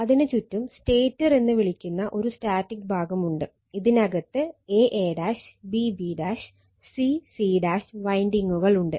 അതിനു ചുറ്റും സ്റ്റേറ്റർ എന്ന് വിളിക്കുന്ന ഒരു സ്റ്റാറ്റിക് ഭാഗം ഉണ്ട് ഇതിനകത് a a b b c c വൈൻഡിങ്ങുകൾ ഉണ്ട്